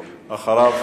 ואחריו,